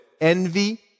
envy